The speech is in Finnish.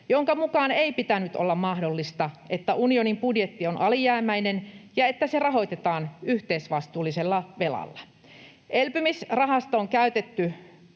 jonka mukaan ei pitänyt olla mahdollista, että unionin budjetti on alijäämäinen ja että se rahoitetaan yhteisvastuullisella velalla. Elpymisrahastoon käytetty